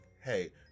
hey